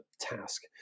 task